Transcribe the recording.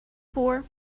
for